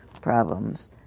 problems